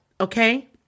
okay